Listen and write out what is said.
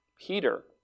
Peter